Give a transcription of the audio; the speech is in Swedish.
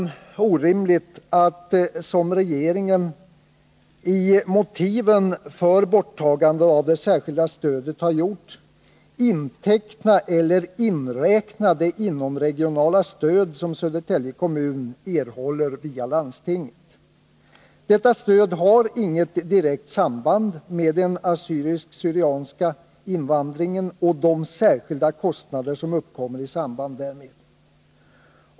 Det är orimligt att, som regeringen i motiven för borttagande av det särskilda stödet har gjort, inteckna eller inräkna det inomregionala stöd som Södertälje kommun erhåller via landstinget. Detta stöd har inget direkt samband med den assyriska/syrianska invandringen och de särskilda kostnader som uppkommer i samband därmed.